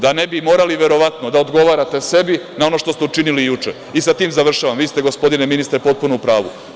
Da ne bi morali, verovatno da odgovarate sebi na ono što ste učinili juče i sa tim završavam, vi ste gospodine ministre potpuno u pravu.